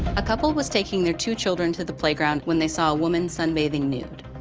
a couple was taking their two children to the playground when they saw a woman sunbathing nude.